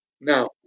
Now